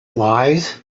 lies